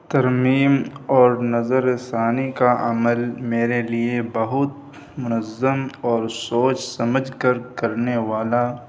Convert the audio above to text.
ترمیم اور نظر ثانی کا عمل میرے لیے بہت منظم اور سوچ سمجھ کر کرنے والا